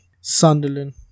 Sunderland